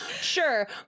sure